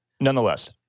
nonetheless